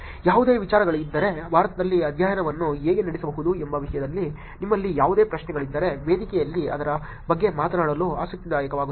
ಯಾವುದೇ ವಿಚಾರಗಳಿದ್ದರೆ ಭಾರತದಲ್ಲಿ ಅಧ್ಯಯನವನ್ನು ಹೇಗೆ ನಡೆಸಬಹುದು ಎಂಬ ವಿಷಯದಲ್ಲಿ ನಿಮ್ಮಲ್ಲಿ ಯಾವುದೇ ಪ್ರಶ್ನೆಗಳಿದ್ದರೆ ವೇದಿಕೆಯಲ್ಲಿ ಅದರ ಬಗ್ಗೆ ಮಾತನಾಡಲು ಆಸಕ್ತಿದಾಯಕವಾಗಿದೆ